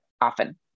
often